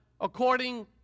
according